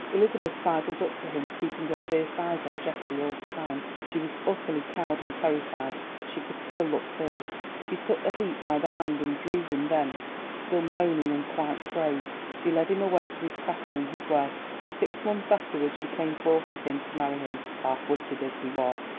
elizabeth sidled up to him, keeping her fierce eyes on geoffrey all the time. she was utterly cowed and terrified, but she could still look fierce. she took the heap by the hand and drew him thence still moaning and quite crazed. she led him away to his castle and his wealth. six months afterwards she came forth with him to marry him, half-witted as he was.